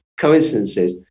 coincidences